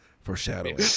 foreshadowing